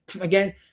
Again